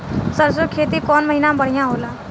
सरसों के खेती कौन महीना में बढ़िया होला?